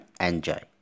enjoy